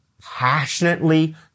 passionately